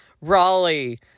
Raleigh